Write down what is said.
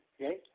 okay